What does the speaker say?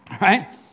Right